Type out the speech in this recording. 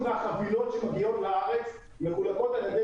מהחבילות שמגיעות לארץ מחולקות על ידי